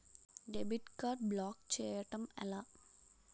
Debit card block చేయటం ఎలా?